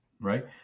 Right